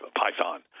python